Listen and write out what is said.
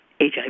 HIV